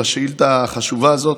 על השאילתה החשובה הזאת.